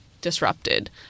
disrupted